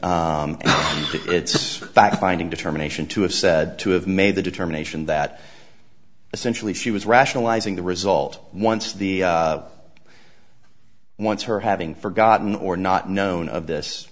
judgment it's a fact finding determination to have said to have made the determination that essentially she was rationalizing the result once the once her having forgotten or not known of this